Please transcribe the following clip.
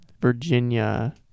Virginia